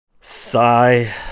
Sigh